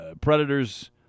Predators